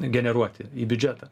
generuoti į biudžetą